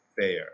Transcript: fair